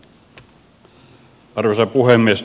arvoisa puhemies